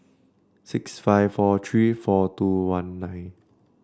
six five four three four two one nine